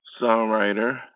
songwriter